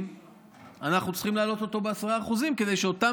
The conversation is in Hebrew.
אנחנו צריכים להעלות אותו ב-10% כדי שאותן